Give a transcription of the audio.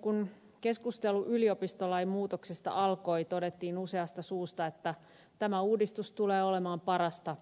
kun keskustelu yliopistolain muutoksesta alkoi todettiin useasta suusta että tämä uudistus tulee olemaan parasta